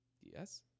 Yes